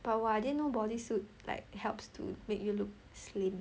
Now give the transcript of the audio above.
but !wah! I didn't know body suit like helps to make you look slim